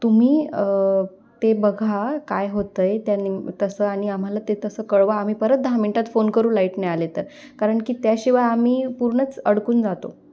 तुम्ही ते बघा काय होतं आहे त्या नि तसं आणि आम्हाला ते तसं कळवा आम्ही परत दहा मिनटात फोन करू लाईट नाही आले तर कारण की त्याशिवाय आम्ही पूर्णच अडकून जातो